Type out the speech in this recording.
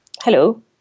Hello